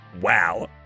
wow